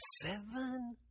Seven